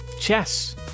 Chess